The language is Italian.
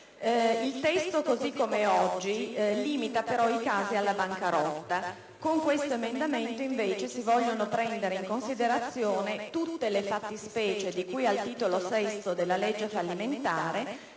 Il testo, così com'è oggi, limita però i casi alla bancarotta: con questo emendamento si intendono invece prendere in considerazione tutte le fattispecie di cui al Titolo VI della legge fallimentare,